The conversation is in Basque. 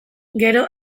gero